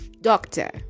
doctor